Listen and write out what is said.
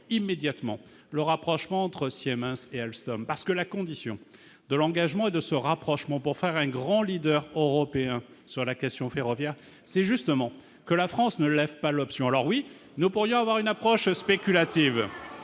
immédiatement le rapprochement entre Siemens et Alstom. En effet, la condition de ce rapprochement pour faire un grand leader européen du ferroviaire, c'est justement que la France ne lève pas l'option. Alors, oui, nous pourrions avoir une approche spéculative